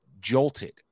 jolted